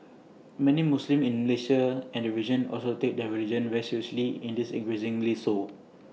many Muslims in Malaysia and the region also take their religion very seriously and this increasingly so